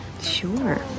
sure